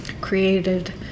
created